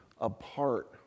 apart